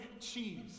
cheese